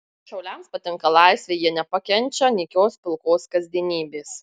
šauliams patinka laisvė jie nepakenčia nykios pilkos kasdienybės